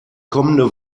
kommende